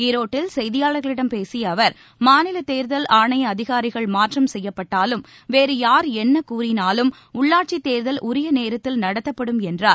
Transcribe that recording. ஈரோட்டில் செய்தியாளர்களிடம் பேசிய அவர் மாநில தேர்தல் ஆணைய அதிகாரிகள் மாற்றம் செய்யப்பட்டாலும் வேறு யார் என்ன கூறினாலும் உள்ளாட்சித் தேர்தல் உரிய நேரத்தில் நடத்தப்படும் என்றார்